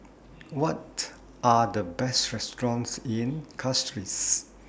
What Are The Best restaurants in Castries